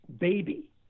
baby